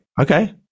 okay